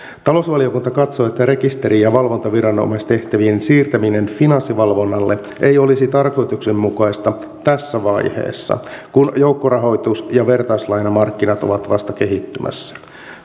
talousvaliokunta katsoo että rekisteri ja valvontaviranomaistehtävien siirtäminen finanssivalvonnalle ei olisi tarkoituksenmukaista tässä vaiheessa kun joukkorahoitus ja vertaislainamarkkinat ovat vasta kehittymässä